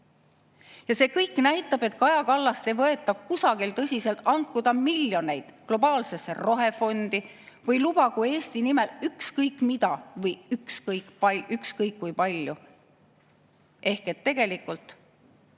See kõik näitab, et Kaja Kallast ei võeta kusagil tõsiselt, andku ta miljoneid globaalsesse rohefondi või lubagu Eesti nimel ükskõik mida või ükskõik kui palju. Tegelikult